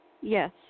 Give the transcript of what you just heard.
Yes